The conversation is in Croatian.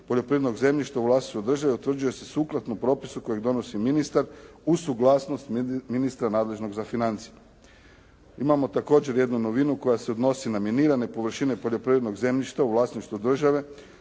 poljoprivrednog zemljišta u vlasništvu države utvrđuje se sukladno propisu kojeg donosi ministar, uz suglasnost ministra nadležnog za financije. Imamo također jednu novinu koja se odnosi na minirane površine poljoprivrednog zemljišta u vlasništvu države.